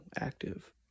active